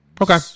Okay